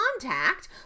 contact